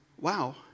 wow